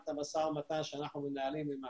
את מה שאנחנו צריכים לעבוד מול